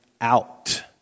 out